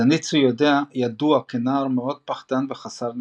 זניטסו ידוע כנער מאוד פחדן וחסר ביטחון,